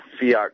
fiat